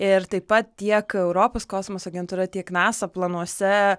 ir taip pat tiek europos kosmoso agentūra tiek nasa planuose